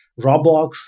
Roblox